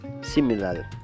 similar